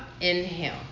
inhale